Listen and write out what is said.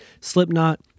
Slipknot